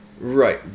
Right